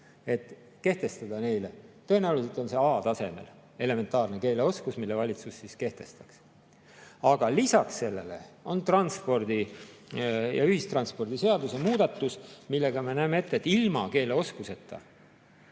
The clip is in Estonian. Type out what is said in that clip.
[keeleoskuse nõue]. Tõenäoliselt on see A‑tasemel, elementaarne keeleoskus, mille valitsus siis kehtestaks. Aga lisaks sellele on ühistranspordiseaduse muudatus, millega me näeme ette, et ilma keeleoskuseta